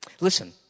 Listen